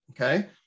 Okay